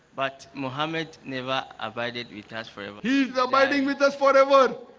but muhammad, never abided with us forever debating with us forever